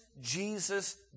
Jesus